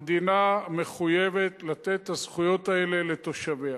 המדינה מחויבת לתת את הזכויות האלה לתושביה.